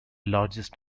largest